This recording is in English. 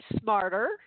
Smarter